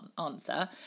answer